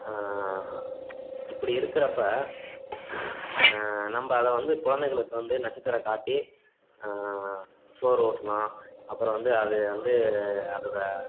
இப்படி இருக்கிறப்ப நம்ம அதை வந்து கொழந்தைகளுக்கு வந்து நட்சத்திரம் காட்டி சோறு ஊட்டலாம் அப்புறம் வந்து அது வந்து அதோடய